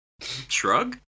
shrug